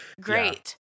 Great